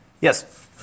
Yes